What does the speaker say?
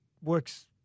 works